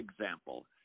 example